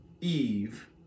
Eve